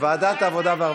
ועדת העבודה והרווחה.